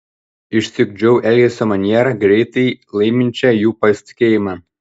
išsiugdžiau elgesio manierą greitai laiminčią jų pasitikėjimą